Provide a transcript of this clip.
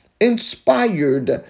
inspired